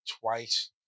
twice